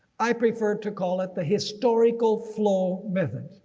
i prefer to call it the historical flow method.